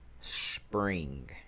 spring